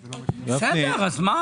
אז מה?